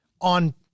on